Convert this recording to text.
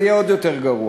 זה יהיה עוד יותר גרוע.